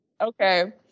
okay